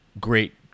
great